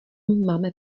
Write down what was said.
máme